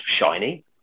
shiny